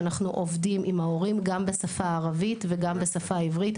אנחנו עובדים עם ההורים גם בשפה הערבית וגם בשפה העברית.